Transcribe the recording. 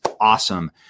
awesome